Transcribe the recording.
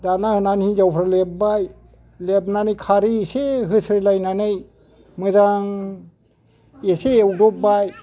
दानना होनानै हिनजावफ्रा लेबबाय लेबनानै खारै एसे होस्रो लायनानै मोजां एसे एवदबबाय